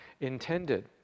intended